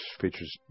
features